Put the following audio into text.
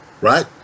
Right